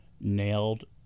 nailed